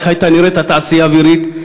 איך הייתה נראית התעשייה האווירית,